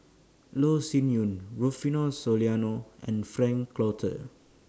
Loh Sin Yun Rufino Soliano and Frank Cloutier